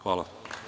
Hvala.